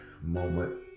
moment